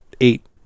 eight